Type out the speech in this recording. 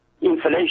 Inflation